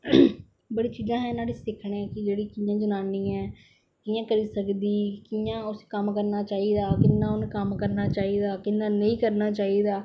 बड़ी चीजां नुआढ़े शा सिक्खने गी जनानियें कियां करी सकदी कियां उसी कम्म करना चाहिदा कियां कन्म करना चाहिदा कियां नेई करना चाहिदा